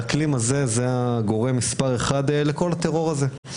האקלים הזה הוא גורם מספר אחד לכל הטרור הזה.